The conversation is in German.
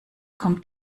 kommt